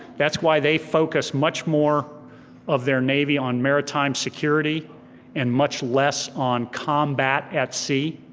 that's why they focus much more of their navy on maritime security and much less on combat at sea.